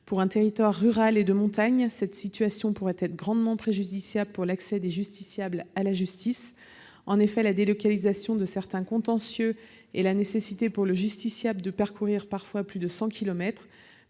Pour un territoire rural et de montagne, cette situation pourrait porter gravement préjudice à l'accès des justiciables à la justice. En effet, la délocalisation de certains contentieux et la nécessité pour le justiciable de parcourir parfois plus de cent